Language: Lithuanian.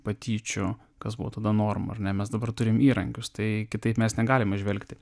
patyčių kas buvo tada norma ar ne mes dabar turim įrankius tai kitaip mes negalim žvelgti